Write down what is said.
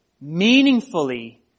meaningfully